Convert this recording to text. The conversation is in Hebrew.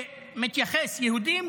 שמתייחס כך: יהודים,